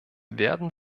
werden